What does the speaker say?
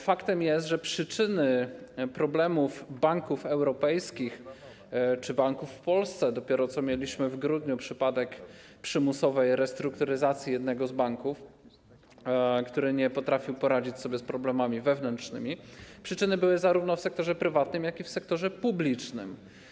Faktem jest, że przyczyny problemów banków europejskich czy banków w Polsce - dopiero co, w grudniu mieliśmy przypadek przymusowej restrukturyzacji jednego z banków, który nie potrafił poradzić sobie z problemami wewnętrznymi - tkwiły zarówno w sektorze prywatnym, jak i w sektorze publicznym.